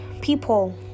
people